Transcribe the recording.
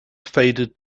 faded